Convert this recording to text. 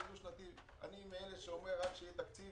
אם תקציב חד-שנתי או דו-שנתי אני מאלה שאומרים: רק שיהיה תקציב,